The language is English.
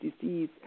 disease